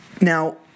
Now